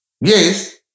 Yes